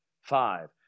five